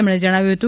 તેમણે જણાવ્યું હતુ